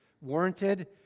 warranted